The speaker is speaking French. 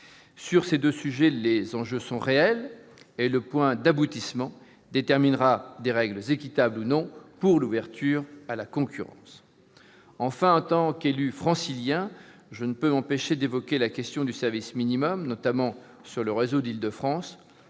Sur ces deux sujets, les enjeux sont réels. Le point d'aboutissement déterminera des règles, équitables ou pas, pour l'ouverture à la concurrence. Enfin, en tant qu'élu francilien, je ne peux m'empêcher d'évoquer la question du service minimum, notamment sur le réseau d'Île-de-France.